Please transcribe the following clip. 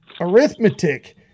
arithmetic